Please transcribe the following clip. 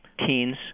teens